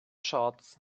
shorts